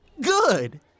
Good